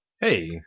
Hey